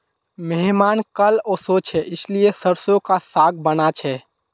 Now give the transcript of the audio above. मेहमान कल ओशो छे इसीलिए सरसों का साग बाना छे